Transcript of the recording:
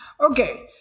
Okay